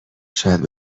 شاید